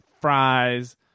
fries